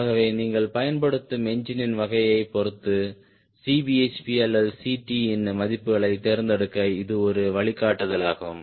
ஆகவே நீங்கள் பயன்படுத்தும் என்ஜினின் வகையைப் பொறுத்து Cbhp அல்லது Ct இன் மதிப்புகளைத் தேர்ந்தெடுக்க இது ஒரு வழிகாட்டுதலாகும்